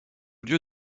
lieu